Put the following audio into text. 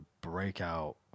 breakout